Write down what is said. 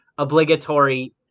obligatory